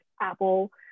Apple